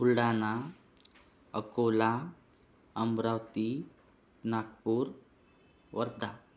Buldhana Akola Amravati Nagpur Wardha